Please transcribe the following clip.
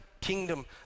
kingdom